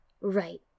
Right